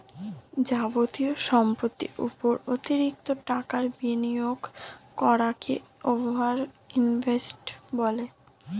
যাবতীয় সম্পত্তির উপর অতিরিক্ত টাকা বিনিয়োগ করাকে ওভার ইনভেস্টিং বলে